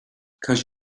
cause